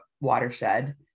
Watershed